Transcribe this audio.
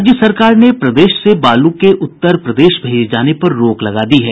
राज्य सरकार ने प्रदेश से बालू के उत्तर प्रदेश भेजे जाने पर रोक लगा दी है